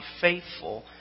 faithful